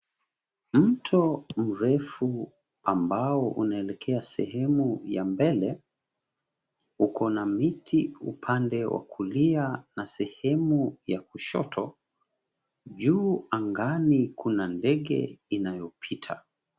Mto mrefu ambao unaelekea sehemu ya mbele, uko na miti upande wa kulia na sehemu ya kushoto. Juu angani kuna ndege inayopita.